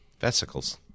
vesicles